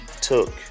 took